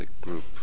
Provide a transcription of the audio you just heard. group